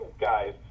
guys